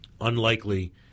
Unlikely